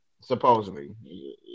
Supposedly